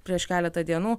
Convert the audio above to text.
prieš keletą dienų